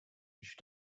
which